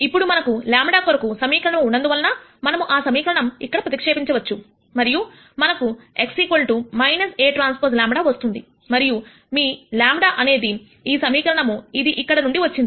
ఇప్పుడు మనకు λ కొరకు సమీకరణము ఉన్నందువలన మనము ఆ సమీకరణం ఇక్కడ ప్ప్రతిక్షేపించవచ్చు మరియు మనకు x ATλ వస్తుంది మరియు మీ λ అనేది ఈ సమీకరణము ఇది ఇక్కడ నుండి వచ్చింది